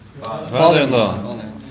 Father-in-law